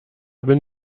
bin